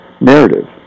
narrative